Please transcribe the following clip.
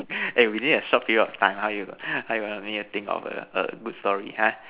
and within a short period of time how you how you want me to think of a good story ha